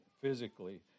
physically